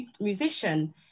musician